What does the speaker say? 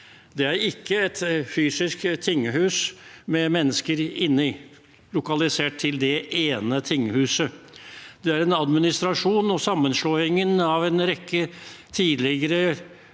Det er ikke et fysisk tinghus med mennesker inni, lokalisert til det ene tinghuset, men det er en administrasjon. Og sammenslåingen av en rekke tidligere